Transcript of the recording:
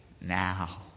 now